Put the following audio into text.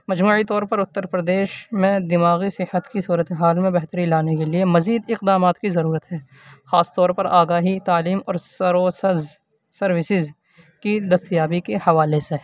مجموعی طور پر اتر پردیش میں دماغی صحت کی صورت حال میں بہتری لانے کے لیے مزید اقدامات کی ضرورت ہے خاص طور پر آگاہی تعلیم اور سروسز سروسز کی دستیابی کی حوالے سے